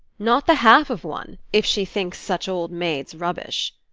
not the half of one if she thinks such old maid's rubbish.